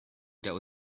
dealt